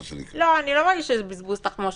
לא, אני לא מרגישה בזבוז תחמושת.